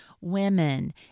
women